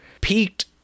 peaked